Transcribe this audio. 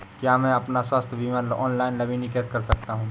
क्या मैं अपना स्वास्थ्य बीमा ऑनलाइन नवीनीकृत कर सकता हूँ?